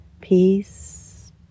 Peace